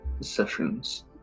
sessions